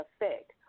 effect